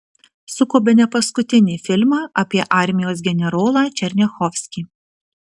suko bene paskutinį filmą apie armijos generolą černiachovskį